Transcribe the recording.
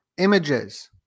images